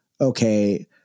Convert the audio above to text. okay